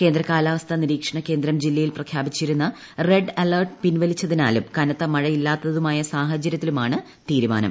കേന്ദ്ര കാലാവസ്ഥ നിരീക്ഷണ കേന്ദ്രം ജില്ലയിൽ പ്രപ്രാപിച്ചിരുന്ന റെഡ് അലർട്ടു പിൻവലിച്ചതിനാലും കനത്ത മഴയില്ലാത്തതുമായ സാഹചര്യത്തിലാണ് തീരുമാനം